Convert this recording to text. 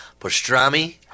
pastrami